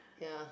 ya